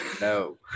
No